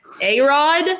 A-Rod